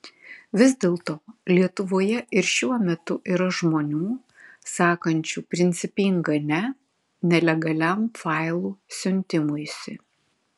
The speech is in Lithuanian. vis dėlto lietuvoje ir šiuo metu yra žmonių sakančių principingą ne nelegaliam failų siuntimuisi